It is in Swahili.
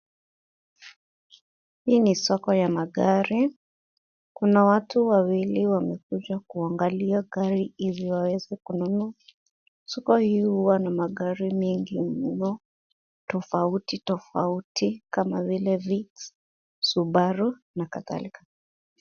Hii ni soko ya magari. Kuna watu wawili wamekuja kuangalia gari ili waweze kununua. Soko hili huwa na magari mengi mno tofauti tofauti kama vile fix, Subaru na Kadhalika.